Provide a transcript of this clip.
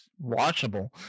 watchable